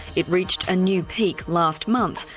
it reached a new peak last month,